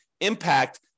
impact